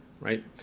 right